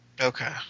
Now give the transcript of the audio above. okay